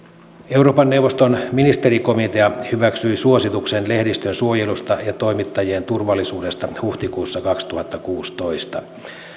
euroopan neuvoston ministerikomitea hyväksyi suosituksen lehdistön suojelusta ja toimittajien turvallisuudesta huhtikuussa kaksituhattakuusitoista